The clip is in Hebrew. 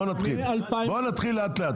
בואי נתחיל, בואי נתחיל לאט לאט.